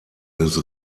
des